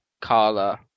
Carla